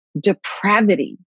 depravity